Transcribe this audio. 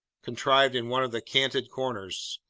contrived in one of the canted corners,